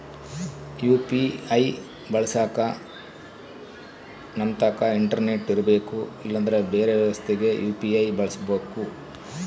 UPI ಬಳಸಕ ನಮ್ತಕ internet ಇರರ್ಬೆಕು ಇಲ್ಲಂದ್ರ ಬೆರೆ ವ್ಯವಸ್ಥೆಗ ಯು.ಪಿ.ಐ ಬಳಸಬಕು